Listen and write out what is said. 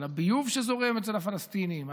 על הביוב שזורם אצל הפלסטינים,